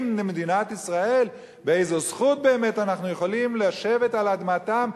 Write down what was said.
למדינת ישראל באיזו זכות באמת אנחנו יכולים לשבת על אדמתם,